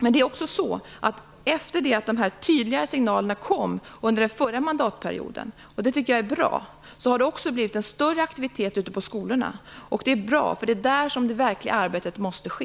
Men efter det att de tydligare signalerna kom under den förra mandatperioden - och det tycker jag är bra - har det också blivit en större aktivitet ute på skolorna. Det är också bra, för det är där som det verkliga arbetet måste ske.